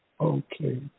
Okay